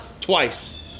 twice